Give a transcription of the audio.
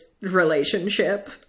relationship